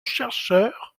chercheurs